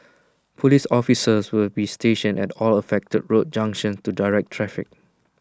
Police officers will be stationed at all affected road junctions to direct traffic